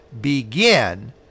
begin